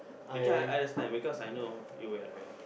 okay I understand because I know you would have went